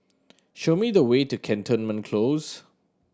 show me the way to Cantonment Close